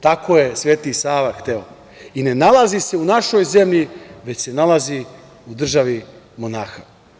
Tako je Sveti Sava hteo i ne nalazi se u našoj zemlji, već se nalazi u državi monaha.